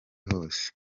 hose